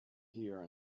here